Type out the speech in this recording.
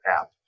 app